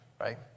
right